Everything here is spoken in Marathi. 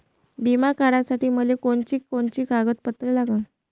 बिमा काढासाठी मले कोनची कोनची कागदपत्र लागन?